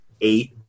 eight